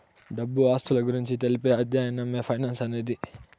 డబ్బు ఆస్తుల గురించి తెలిపే అధ్యయనమే ఫైనాన్స్ అనేది